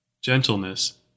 gentleness